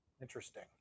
Interesting